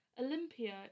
Olympia